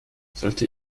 sollte